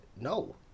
No